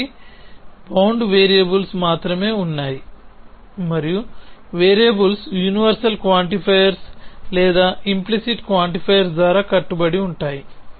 కాబట్టి bound variables మాత్రమే ఉన్నాయి మరియు వేరియబుల్స్ యూనివర్సల్ క్వాంటిఫైయర్ లేదా ఇoప్లిసిట్ క్వాంటిఫైయర్ ద్వారా కట్టుబడి ఉంటాయి